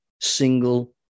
single